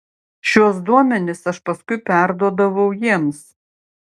šiuos duomenis aš paskui perduodavau jiems